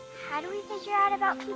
how do we figure out about